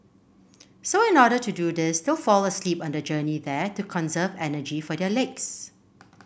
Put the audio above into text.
so in order to do this they'll fall asleep on the journey there to conserve energy for their legs